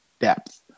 depth